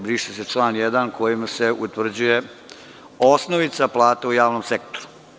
Briše se član 1. kojim se utvrđuje osnovica plata u javnom sektoru.